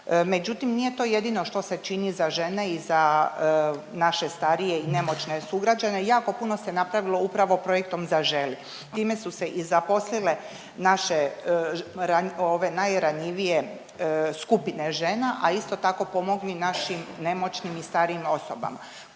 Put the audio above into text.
Međutim, nije to jedino što će čini za žene i za naše starije i nemoćne sugrađane jako puno se napravilo upravo projektom Zaželi. Time su se i zaposlile naše ove najranjivije skupine žena, a isto tako pomogli našim nemoćnim i starijim osobama.